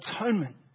atonement